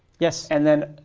yes. and then,